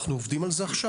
אנחנו עובדים על זה עכשיו.